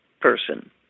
person